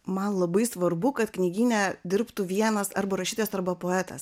man labai svarbu kad knygyne dirbtų vienas arba rašytojas arba poetas